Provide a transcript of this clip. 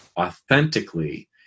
authentically